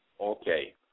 Okay